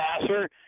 passer